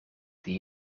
die